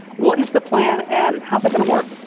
what is the plan and how they're going to work.